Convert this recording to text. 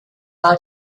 发展